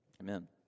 Amen